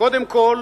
קודם כול